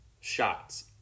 shots